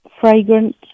fragrant